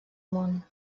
món